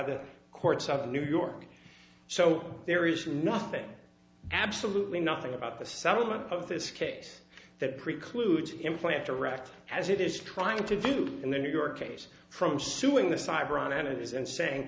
the courts of new york so there is nothing absolutely nothing about the settlement of this case that precludes implant direct as it is trying to do in the new york case from suing the cyber on